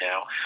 now